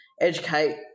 educate